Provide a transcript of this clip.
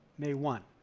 may one.